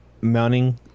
mounting